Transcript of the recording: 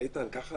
איתן, ככה?